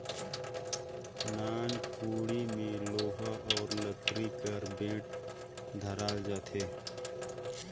नान कोड़ी मे लोहा अउ लकरी कर बेठ धराल जाथे